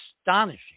astonishing